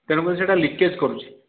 ତେଣୁ କରି ସେଇଟା ଲିକେଜ୍ କରୁଛି